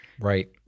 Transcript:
Right